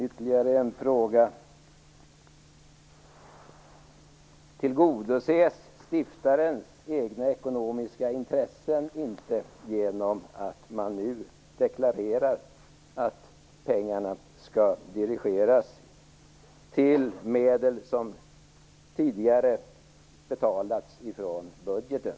Ytterligare en fråga: Tillgodoses stiftarens egna ekonomiska intressen inte genom att man nu deklarerar att pengarna skall dirigeras till medel som tidigare betalats från budgeten?